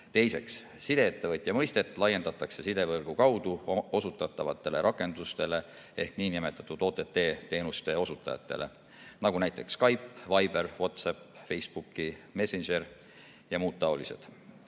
Teiseks, sideettevõtja mõistet laiendatakse sidevõrgu kaudu osutatavatele rakendustele ehk nn OTT-teenuste osutajatele, nagu näiteks Skype, Viber, WhatsApp, Facebooki Messenger ja muud taolised.